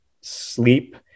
sleep